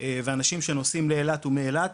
אם זה אנשים שנוסעים לאילת ומאילת,